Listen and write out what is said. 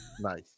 Nice